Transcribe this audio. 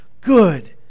good